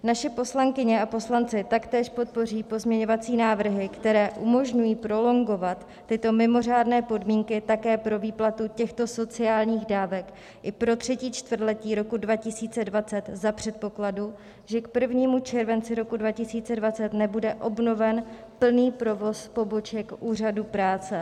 Naše poslankyně a poslanci taktéž podpoří pozměňovací návrhy, které umožňují prolongovat tyto mimořádné podmínky také pro výplatu těchto sociálních dávek i pro třetí čtvrtletí roku 2020 za předpokladu, že k 1. červenci 2020 nebude obnoven plný provoz poboček úřadů práce.